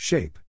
Shape